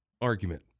argument